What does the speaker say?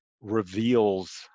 reveals